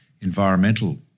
environmental